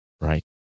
right